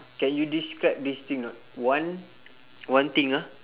can you describe this thing not one one thing ah